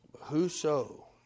Whoso